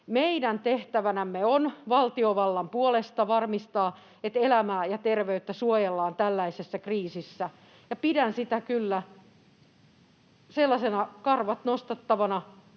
Meidän tehtävänämme on valtiovallan puolesta varmistaa, että elämää ja terveyttä suojellaan tällaisessa kriisissä. Pidän kyllä karvat nostattavana